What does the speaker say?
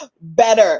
better